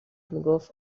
میگفت